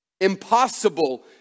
Impossible